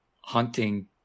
hunting